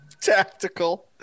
Tactical